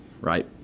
right